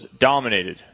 dominated